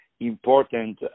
important